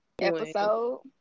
episode